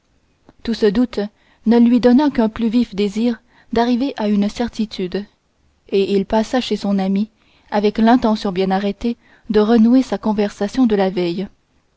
tout ce doute ne lui donna qu'un plus vif désir d'arriver à une certitude et il passa chez son ami avec l'intention bien arrêtée de renouer sa conversation de la veille